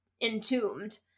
entombed